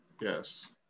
Yes